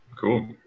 cool